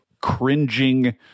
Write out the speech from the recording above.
cringing